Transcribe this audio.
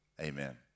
Amen